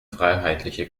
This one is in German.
freiheitliche